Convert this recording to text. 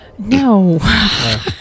no